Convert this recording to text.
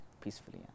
peacefully